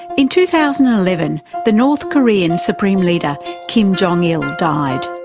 in two thousand and eleven the north korean supreme leader kim jong-il died.